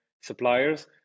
suppliers